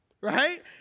right